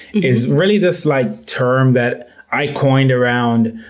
is really this like term that i coined around